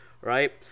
Right